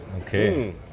Okay